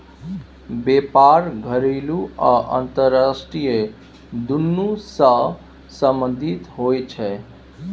बेपार घरेलू आ अंतरराष्ट्रीय दुनु सँ संबंधित होइ छै